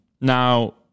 Now